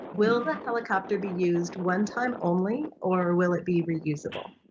will the helicopter be used one time only or will it be reusable?